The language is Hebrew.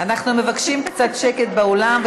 אנחנו מבקשים קצת שקט באולם.